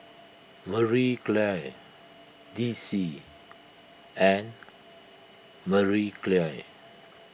Marie Claire D C and Marie Claire